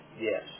yes